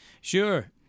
Sure